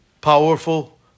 powerful